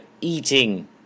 eating